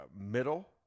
Middle